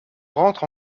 rentre